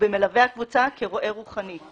ובמלווה הקבוצה כרועה רוחני,